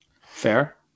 Fair